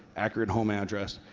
accurate home address,